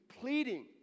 pleading